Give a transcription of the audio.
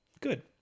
Good